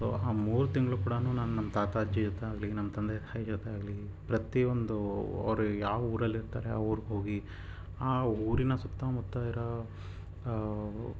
so ಆ ಮೂರು ತಿಂಗಳು ಕೂಡಾ ನಾನು ನಮ್ಮ ತಾತ ಅಜ್ಜಿ ಜೊತೆಯಾಗಲಿ ನಮ್ಮ ತಂದೆ ತಾಯಿ ಜೊತೆಯಾಗಲಿ ಪ್ರತಿಯೊಂದು ಅವ್ರು ಯಾವ ಊರಲ್ಲಿರ್ತಾರೆ ಆ ಊರ್ಗೆ ಹೋಗಿ ಆ ಊರಿನ ಸುತ್ತಮುತ್ತ ಇರೋ